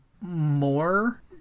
more